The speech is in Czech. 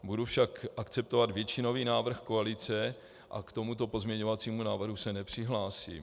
Budu však akceptovat většinový návrh koalice a k tomuto pozměňovacímu návrhu se nepřihlásím.